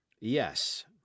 Yes